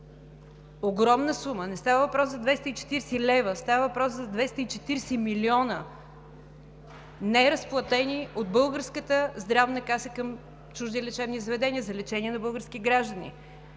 огромна сума. Не става въпрос за 240 лв., става въпрос за 240 милиона неразплатени от българската Здравна каса към чужди лечебни заведения за лечение на български граждани!